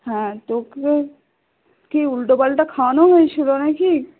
হ্যাঁ তো কি উলটো পালটা খাওয়ানো হয়েছিল না কি